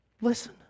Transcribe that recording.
listen